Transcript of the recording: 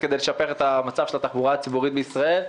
כדי לשפר את מצב התחבורה הציבורית בישראל,